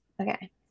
Okay